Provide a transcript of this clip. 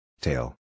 Tail